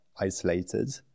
isolated